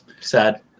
Sad